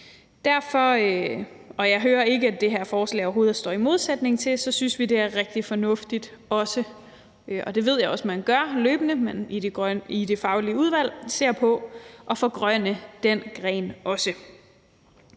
Jeg hører ikke, at det her forslag overhovedet står i modsætning til det, og derfor synes vi det er rigtig fornuftigt også – og det ved jeg også at man gør løbende i det faglige udvalg – at se på at forgrønne den gren også.